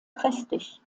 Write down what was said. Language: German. kräftig